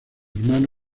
hermano